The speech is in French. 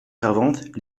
servantes